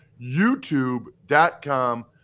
youtube.com